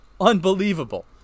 Unbelievable